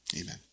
Amen